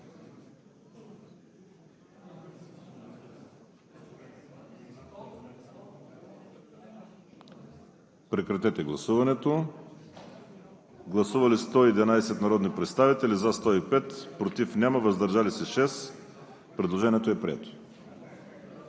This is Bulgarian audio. Режим на гласуване. Гласували 111 народни представители: за 105, против няма, въздържали се 6. Предложението е прието.